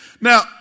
now